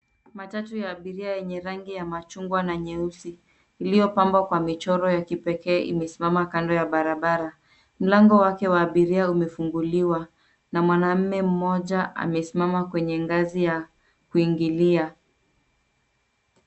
Matatu ya abiria yenye rangi ya machungwa na nyeusi iliyopambwa kwa michoro ya kipekee imesimama kando ya barabara. Mlango wake wa abiria umefunguliwa na mwanaume mmoja amesimama kwenye ngazi ya kuingilia.